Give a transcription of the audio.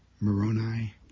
Moroni